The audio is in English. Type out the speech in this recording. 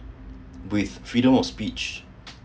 with freedom of speech